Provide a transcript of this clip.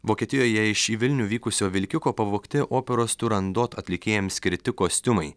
vokietijoje iš į vilnių vykusio vilkiko pavogti operos turandot atlikėjams skirti kostiumai